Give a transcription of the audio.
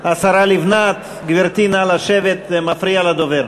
השרה לבנת, גברתי, נא לשבת, זה מפריע לדובר.